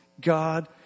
God